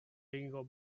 egingo